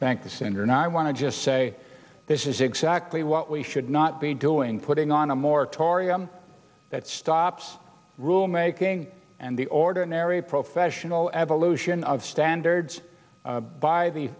thank you senator and i want to just say this is exactly what we should not be doing putting on a moratorium that stops rule making and the ordinary professional evolution of standards by the